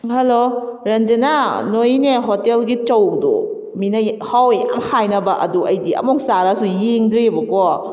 hello ꯔꯟꯖꯅꯥ ꯅꯣꯏꯒꯤꯅꯦ ꯍꯣꯇꯦꯜꯒꯤ ꯆꯧꯗꯣ ꯃꯤꯅ ꯍꯥꯎꯋꯦ ꯌꯥꯝ ꯍꯥꯏꯅꯕ ꯑꯗꯨ ꯑꯩꯗꯤ ꯑꯝꯕꯣꯛ ꯆꯥꯔꯒꯁꯨ ꯌꯦꯡꯗ꯭ꯔꯤꯕꯀꯣ